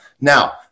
Now